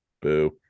Boo